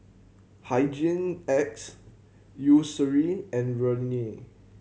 Hygin X Eucerin and Rene